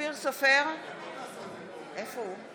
אינו נוכח בצלאל סמוטריץ' אינו נוכח